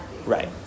Right